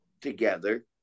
together